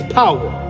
power